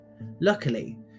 Luckily